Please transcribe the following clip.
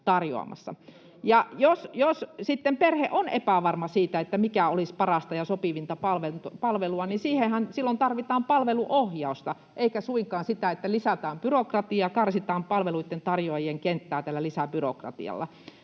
perhe on epävarma siitä, mikä olisi parasta ja sopivinta palvelua, niin siihenhän silloin tarvitaan palveluohjausta, eikä suinkaan sitä, että lisätään byrokratiaa, karsitaan palveluitten tarjoajien kenttää tällä lisäbyrokratialla.